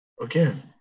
again